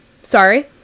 sorry